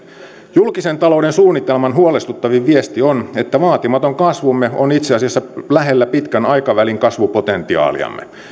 julkisen talouden suunnitelman huolestuttavin viesti on että vaatimaton kasvumme on itse asiassa lähellä pitkän aikavälin kasvupotentiaaliamme